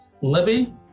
Libby